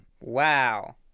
Wow